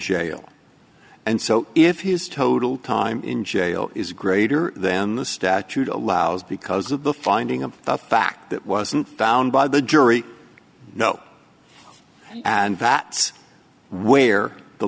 jail and so if his total time in jail is greater than the statute allows because of the finding of fact that wasn't found by the jury no and that's where the